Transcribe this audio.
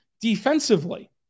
defensively